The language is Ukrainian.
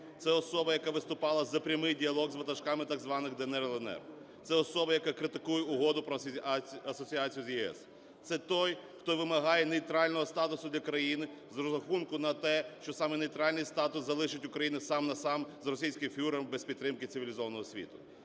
це особа, яка виступала за прямий діалог з ватажками так званих "ДНР", "ЛНР"; це особа, яка критикує Угоду про асоціацію з ЄС; це той, хто вимагає нейтрального статусу для країни з розрахунку на те, що саме нейтральний статус залишить Україну сам на сам з російським "фюрером" без підтримки цивілізованого світу.